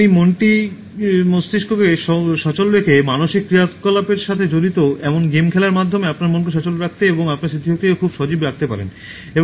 আপনি মস্তিষ্ককে সচল রেখে মানসিক ক্রিয়াকলাপের সাথে জড়িত এমন গেম খোলার মাধ্যমে আপনার মনকে সচল রাখতে এবং আপনার স্মৃতিটিকে খুব সজীব রাখতে পারেন